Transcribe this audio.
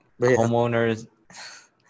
homeowners